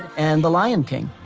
and the lion king.